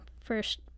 first